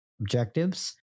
objectives